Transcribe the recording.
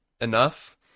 enough